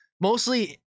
mostly